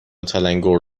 تلنگور